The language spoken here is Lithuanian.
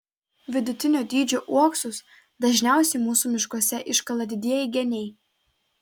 vidutinio dydžio uoksus dažniausiai mūsų miškuose iškala didieji geniai